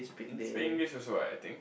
they speak English also what I think